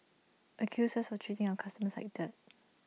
accused us for treating our customers like dirt